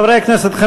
חברי הכנסת,